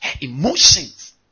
emotions